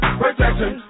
protection